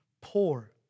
poor